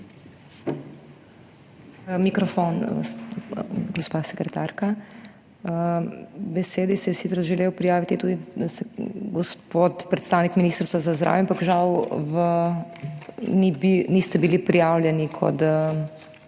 Mikrofon, gospa sekretarka. K besedi se je sicer želel prijaviti tudi gospod predstavnik Ministrstva za zdravje, ampak žal niste bili prijavljeni v imenu